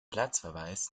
platzverweis